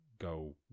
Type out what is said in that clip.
go